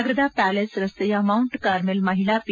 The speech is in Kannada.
ನಗರದ ಪ್ಯಾಲೇಸ್ ರಸ್ತೆಯ ಮೌಂಟ್ ಕಾರ್ಮೆಲ್ ಮಹಿಳಾ ಪಿ